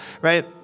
right